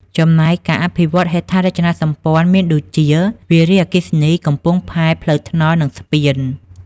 ចំណែកការអភិវឌ្ឍន៍ហេដ្ឋារចនាសម្ព័ន្ធមានដូចជា វារីអគ្គិសនី កំពង់ផែ ផ្លូវថ្នល់ និងស្ពាន។